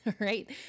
right